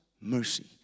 mercy